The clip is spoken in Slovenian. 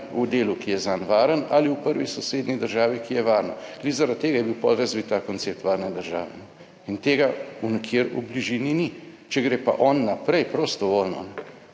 v delu, ki je zanj varen ali v prvi sosednji državi, ki je varna. Tudi zaradi tega je bil potem razvit ta koncept varne države in tega nikjer v bližini ni. Če gre pa on naprej prostovoljno,